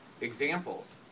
examples